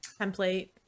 template